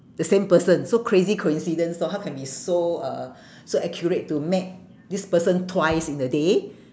the same person so crazy coincidence lor how can be so uh so accurate to met this person twice in a day